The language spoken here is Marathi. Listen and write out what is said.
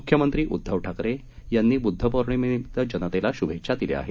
मुख्यमंत्री उद्दव ठाकरे यांनी ब्रुद्ध पौर्णिमेनिमित्त जनतेला शुभेच्छा दिल्या आहेत